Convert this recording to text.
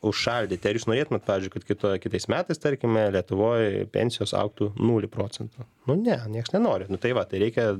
užšaldyti ar jūs norėtumėte pavyzdžiui kad kitoje kitais metais tarkime lietuvoje pensijos augtų nulių procentų nu ne nieks nenori nu tai va tai reikia